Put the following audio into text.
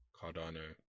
Cardano